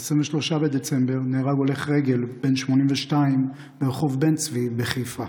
ב-23 בדצמבר נהרג הולך רגל בן 82 ברחוב בן-צבי בחיפה.